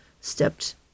stepped